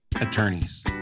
attorneys